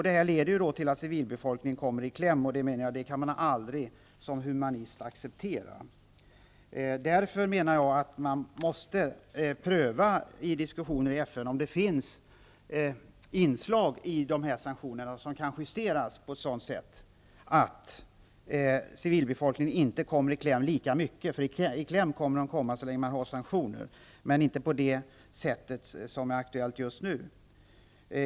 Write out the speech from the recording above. Detta leder naturligtvis till att civilbefolkningen kommer i kläm, och detta kan man som humanist aldrig acceptera. Därför menar jag att man vid diskussioner i FN måste pröva om det finns inslag i dessa sanktioner som kan justeras på ett sådant sätt att civilbefolkningen inte kommer i kläm lika mycket som nu -- i kläm kommer den emellertid att komma så länge det finns sanktioner.